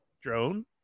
Drone